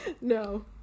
no